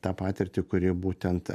tą patirtį kuri būtent